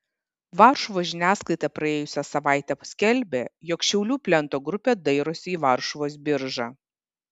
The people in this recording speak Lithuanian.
varšuvos žiniasklaida praėjusią savaitę skelbė jog šiaulių plento grupė dairosi į varšuvos biržą